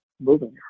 moving